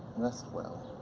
rest well.